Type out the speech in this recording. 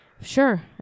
Sure